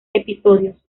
episodios